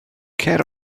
cer